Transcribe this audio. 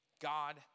God